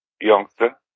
youngster